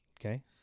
Okay